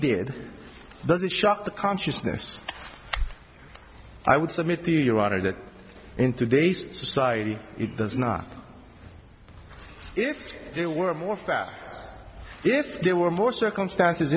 did does it shock the consciousness i would submit to your honor that in today's society it does not if there were more facts if there were more circumstances